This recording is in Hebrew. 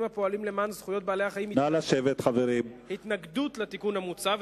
הפועלים למען זכויות בעלי-החיים התנגדות לתיקון המוצע,